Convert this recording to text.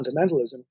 fundamentalism